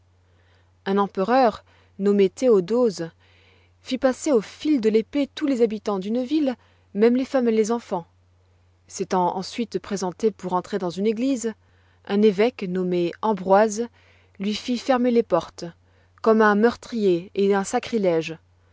un empereur nommé théodose fit passer au fil de l'épée tous les habitants d'une ville même les femmes et les enfants s'étant ensuite présenté pour entrer dans une église un évêque nommé ambroise lui fit fermer les portes comme à un meurtrier et un sacrilège